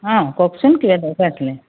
অঁ কওকচোন কিবা দৰকাৰ আছিলে